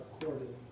according